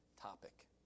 topic